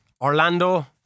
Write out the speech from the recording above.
Orlando